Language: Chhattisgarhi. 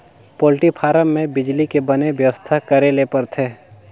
पोल्टी फारम में बिजली के बने बेवस्था करे ले परथे